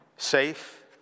safe